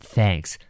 Thanks